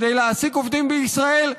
כדי להעסיק עובדים בישראל,